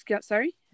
Sorry